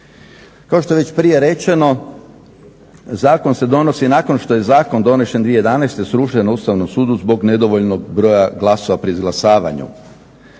Kao što je već prije rečeno zakon se donosi nakon što je zakon donesen 2011. srušen na Ustavnom sudu zbog nedovoljnog broja glasova pri izglasavanju.